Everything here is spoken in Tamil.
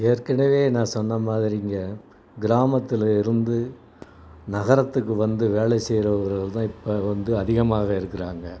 ஏற்கனவே நான் சொன்ன மாதிரிங்க கிராமத்தில் இருந்து நகரத்துக்கு வந்து வேலை செய்கிறவர்கள் தான் இப்போ வந்து அதிகமாக இருக்கிறாங்க